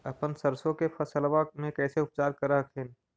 अपन सरसो के फसल्बा मे कैसे उपचार कर हखिन?